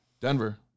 Denver